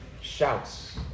Shouts